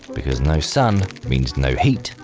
because no sun, means no heat,